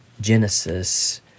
Genesis